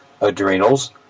adrenals